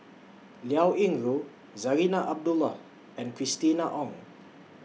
Liao Yingru Zarinah Abdullah and Christina Ong